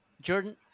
Jordan